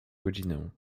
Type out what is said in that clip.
godzinę